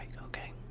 okay